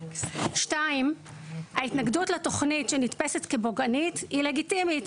שתיים ההתנגדות לתוכנית שנתפשת כפוגענית היא לגיטימית,